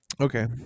Okay